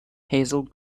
hazel